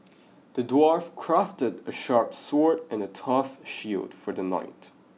the dwarf crafted a sharp sword and a tough shield for the knight